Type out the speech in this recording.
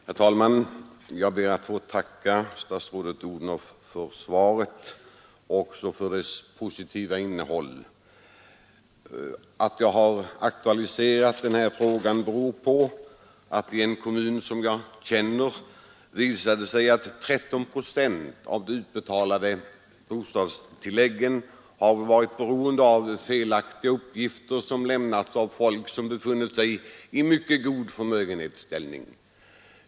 Herr talman! Jag ber att få tacka statsrådet Odhnoff för svaret och för dess positiva innehåll. Att jag har aktualiserat den här frågan beror på att det i en kommun som jag känner till har visat sig att 13 procent av bostadstilläggen har betalats ut till följd av felaktiga uppgifter som lämnats av människor som har en mycket god förmögenhetsställning.